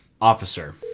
Officer